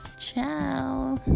Ciao